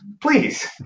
please